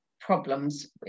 problems